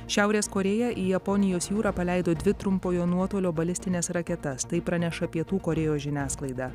šiaurės korėja į japonijos jūrą paleido dvi trumpojo nuotolio balistines raketas tai praneša pietų korėjos žiniasklaida